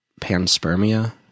panspermia